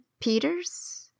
Peters